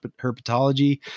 herpetology